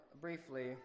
briefly